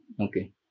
okay